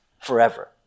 forever